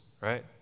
right